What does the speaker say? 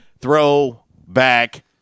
throwback